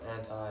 anti